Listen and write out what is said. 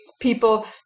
people